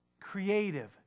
creative